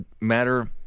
matter